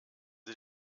sie